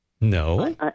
No